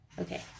Okay